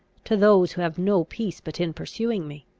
to those who have no peace but in pursuing me!